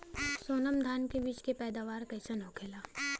सोनम धान के बिज के पैदावार कइसन होखेला?